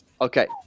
Okay